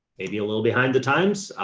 maybe a little behind the times.